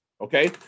Okay